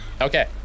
okay